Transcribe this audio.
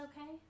okay